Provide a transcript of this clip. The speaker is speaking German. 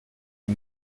die